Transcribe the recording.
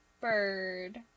bird